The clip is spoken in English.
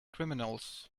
criminals